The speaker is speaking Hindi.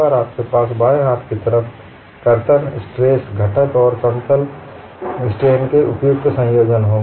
और आपके पास बाएं हाथ की तरफ कर्तन स्ट्रेस घटक और समतल स्ट्रेन के उपयुक्त संयोजन होंगे